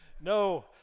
No